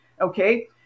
Okay